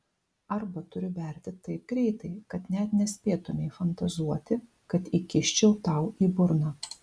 arba turiu berti taip greitai kad net nespėtumei fantazuoti kad įkiščiau tau į burną